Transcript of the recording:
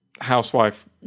housewife